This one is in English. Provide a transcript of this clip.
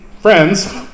friends